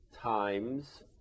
times